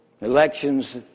Elections